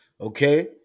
Okay